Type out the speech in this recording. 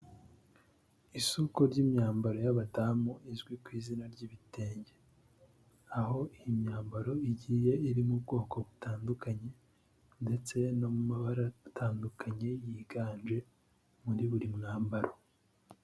Isoko ry'imyambaro y'abadamu izwi ku izina ry'ibitenge, aho iyi myambaro igiye iri mu bwoko butandukanye ndetse n'amabara atandukanye yiganje muri buri mwambaro.